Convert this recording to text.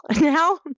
now